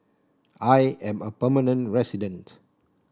I am a permanent resident